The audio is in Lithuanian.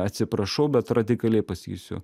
atsiprašau bet radikaliai pasakysiu